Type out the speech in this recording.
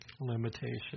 limitation